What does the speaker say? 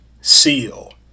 SEAL